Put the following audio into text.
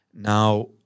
Now